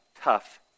tough